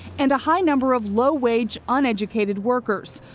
and a high number of low wage, uneducated workers.